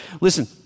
Listen